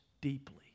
deeply